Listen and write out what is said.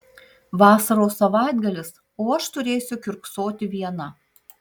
vasaros savaitgalis o aš turėsiu kiurksoti viena